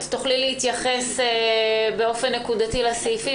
את תוכלי להתייחס באופן נקודתי לסעיפים,